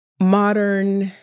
modern